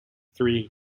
three